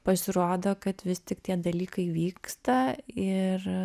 pasirodo kad vis tik tie dalykai vyksta ir